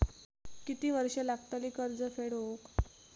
किती वर्षे लागतली कर्ज फेड होऊक?